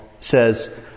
says